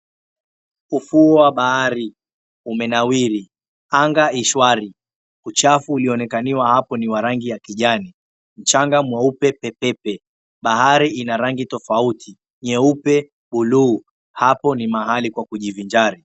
Ufuo wa bahari, umenawiri anga ishwari uchafu uliyoonekaniwa hapo ni wa rangi ya kijani, mchanga mweupe pepepe bahari ina rangi tofauti nyeupe bluu hapo ni mahali pa kujivinjari.